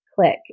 click